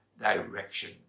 direction